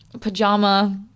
pajama